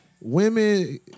Women